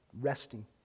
resting